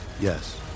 Yes